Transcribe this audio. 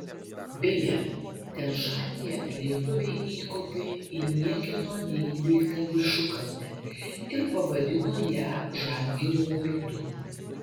beje tian šanyje lietuviai įkopė į niekieno neįveiktą viršukalnę ir pavadino ją žalgirio vardu